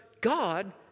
God